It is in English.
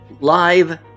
live